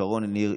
שרון ניר,